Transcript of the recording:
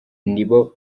nibo